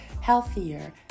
healthier